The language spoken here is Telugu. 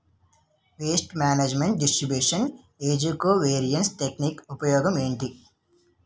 పేస్ట్ మేనేజ్మెంట్ డిస్ట్రిబ్యూషన్ ఏజ్జి కో వేరియన్స్ టెక్ నిక్ ఉపయోగం ఏంటి